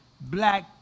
black